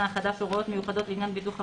החדש) (הוראות מיוחדות לעניין ביטוח אבטלה),